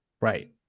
right